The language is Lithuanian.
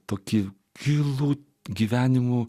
tokį gilų gyvenimu